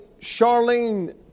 Charlene